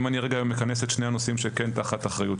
אם אני רגע אכנס היום את שני הנושאים שתחת אחריותנו,